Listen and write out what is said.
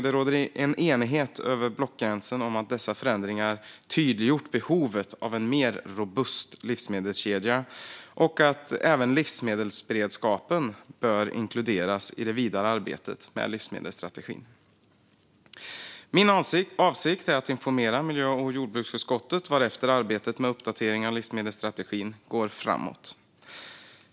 Det råder enighet över blockgränserna om att dessa förändringar har tydliggjort behovet av en mer robust livsmedelskedja och att även livsmedelsberedskapen bör inkluderas i det vidare arbetet med livsmedelsstrategin. Min avsikt är att informera miljö och jordbruksutskottet vartefter arbetet med uppdateringen av livsmedelsstrategin går framåt.